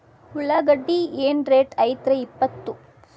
ಉಳ್ಳಾಗಡ್ಡಿ ಏನ್ ರೇಟ್ ಐತ್ರೇ ಇಪ್ಪತ್ತು?